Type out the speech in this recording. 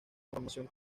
información